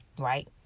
Right